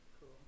Cool